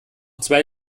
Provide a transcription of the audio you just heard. zwei